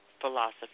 philosophy